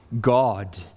God